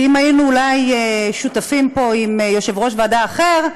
כי אם אולי היינו שותפים פה עם יושב-ראש ועדה אחר,